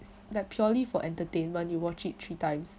like purely for entertainment you watch it three times